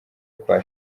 kwa